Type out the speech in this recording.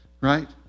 right